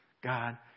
God